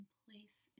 place